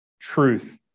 truth